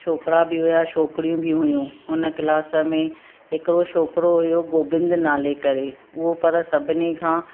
छोकिरा बि हुया छोकिरियूं बि हुयूं हुन क्लास में हिकिड़ो छोकिरो हुयो गोबिंद नाले करे उहो पर सभिनी खां